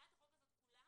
הצעת החוק הזו כולה,